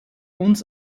uns